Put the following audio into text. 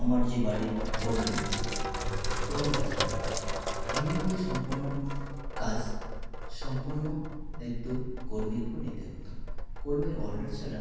আমার যে বাড়ির কর্মী এবং গৃহিণী গৃহিণীকে সম্পূর্ণ কাজ সম্পূর্ণ দায়িত্ব কর্মীর উপর নিতে হতো কর্মীর অর্ডার ছাড়া